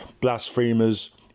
blasphemers